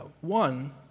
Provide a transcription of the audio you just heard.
One